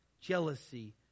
jealousy